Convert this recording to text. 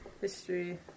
history